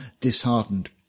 disheartened